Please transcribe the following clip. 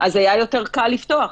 אז היה יותר קל לפתוח.